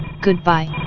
Goodbye